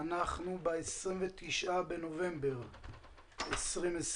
היום ה-29 בנובמבר 2020,